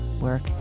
work